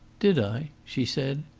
did i? she said.